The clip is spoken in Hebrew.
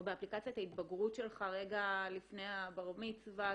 או באפליקציית ההתבגרות שלך רגע לפני הבר מצווה.